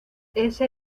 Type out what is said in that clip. ese